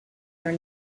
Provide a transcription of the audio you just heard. are